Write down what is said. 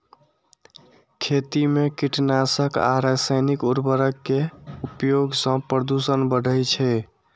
खेती मे कीटनाशक आ रासायनिक उर्वरक के उपयोग सं प्रदूषण बढ़ै छै